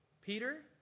Peter